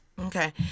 Okay